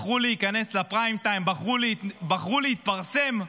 בחרו להיכנס לפריים-טיים, בחרו להתפרסם.